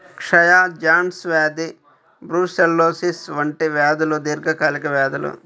క్షయ, జాన్స్ వ్యాధి బ్రూసెల్లోసిస్ వంటి వ్యాధులు దీర్ఘకాలిక వ్యాధులు